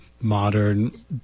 modern